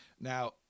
Now